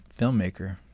filmmaker